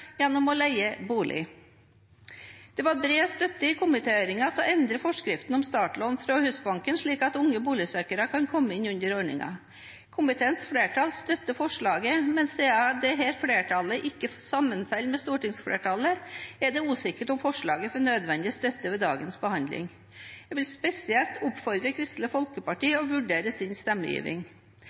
gjennom å leie bolig. Det var bred støtte i komitéhøringen til å endre forskriften om startlån fra Husbanken slik at unge boligsøkere kan komme inn under ordningen. Komiteens flertall støtter forslaget, men siden dette flertallet ikke sammenfaller med stortingsflertallet, er det usikkert om forslaget får nødvendig støtte ved dagens behandling. Jeg vil spesielt oppfordre Kristelig Folkeparti til å vurdere sin